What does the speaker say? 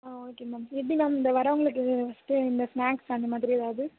ஆ okay ma'am எப்படி ma'am இந்த வரவங்களுக்கு ஃபர்ஸ்ட்டு இந்த ஸ்நாக்ஸ் அந்தமாதிரி எதாவது